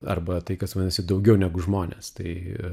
arba tai kas vadinasi daugiau negu žmonės tai